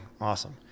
Awesome